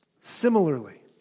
Similarly